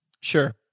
Sure